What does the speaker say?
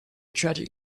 tragic